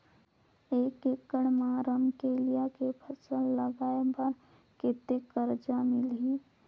एक एकड़ मा रमकेलिया के फसल लगाय बार कतेक कर्जा मिलही?